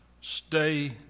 stay